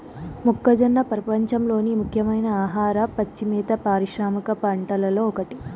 మొక్కజొన్న ప్రపంచంలోని ముఖ్యమైన ఆహార, పచ్చి మేత పారిశ్రామిక పంటలలో ఒకటి